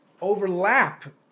overlap